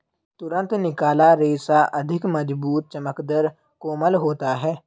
तुरंत निकाला रेशा अधिक मज़बूत, चमकदर, कोमल होता है